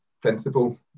principle